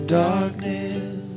darkness